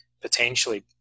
potentially